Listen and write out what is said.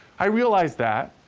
i realize that,